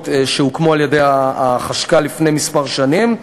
שהוקמו על-ידי החשכ"ל לפני כמה שנים.